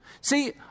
See